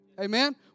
Amen